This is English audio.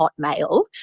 Hotmail